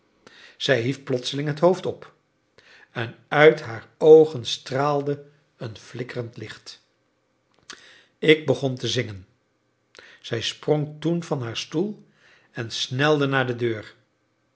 zij hief plotseling het hoofd op en uit haar oogen straalde een flikkerend licht ik begon te zingen zij sprong toen van haar stoel en snelde naar de deur